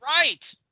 Right